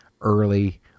early